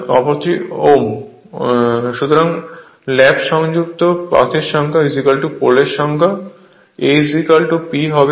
অর্থাৎ ল্যাপ সংযুক্ত পাথের সংখ্যা পোলর সংখ্যা A P হবে